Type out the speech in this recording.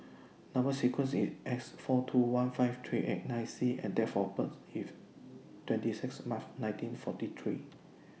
Number sequence IS S four two one five three eight nine C and Date of birth IS twenty six March nineteen forty three